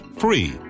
free